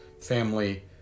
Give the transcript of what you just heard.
family